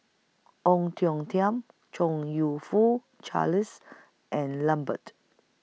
Ong Tiong Khiam Chong YOU Fook Charles and Lambert